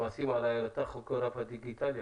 כועסים עליי על הטכוגרף הדיגיטלי,